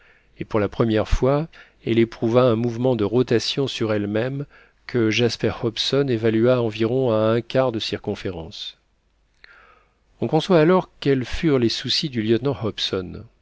et pour la première fois elle éprouva un mouvement de rotation sur elle-même que jasper hobson évalua environ à un quart de circonférence on conçoit alors quels furent les soucis du lieutenant hobson